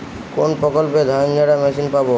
কোনপ্রকল্পে ধানঝাড়া মেশিন পাব?